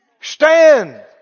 Stand